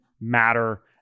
matter